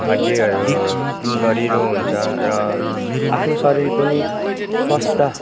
हड्डीहरू दह्रिलो हुन्छ र आफ्नो शरीर पनि स्वस्थ